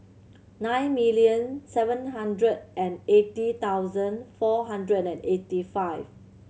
nine million seven hundred and eighty thousand four hundred and eighty five